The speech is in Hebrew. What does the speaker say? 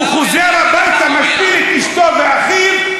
הוא חוזר הביתה ומשפיל את אשתו ואחיו,